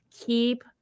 keep